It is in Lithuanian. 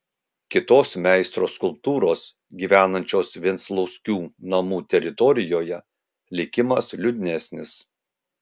kitos meistro skulptūros gyvenančios venclauskių namų teritorijoje likimas liūdnesnis